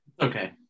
Okay